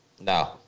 No